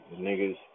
Niggas